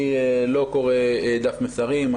אני לא קורא דף מסרים.